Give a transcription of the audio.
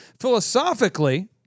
philosophically